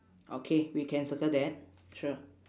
okay we can circle that sure